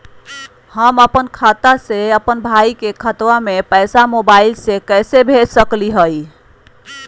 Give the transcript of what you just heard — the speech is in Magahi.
हम अपन खाता से अपन भाई के खतवा में पैसा मोबाईल से कैसे भेज सकली हई?